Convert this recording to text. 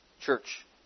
church